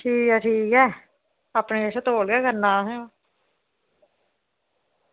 ठीक ऐ ठीक ऐ अपने कशा तौल गै करना असें